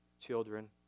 children